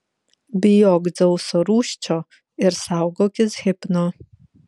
bijok dzeuso rūsčio ir saugokis hipno